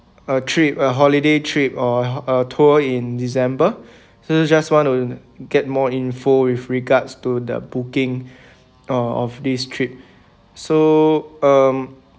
a trip a holiday trip or a tour in december so just want to get more info with regards to the booking uh of this trip so um